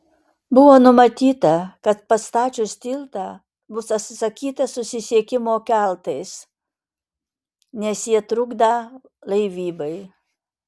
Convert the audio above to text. buvo numatyta kad pastačius tiltą bus atsisakyta susisiekimo keltais nes jie trukdą laivybai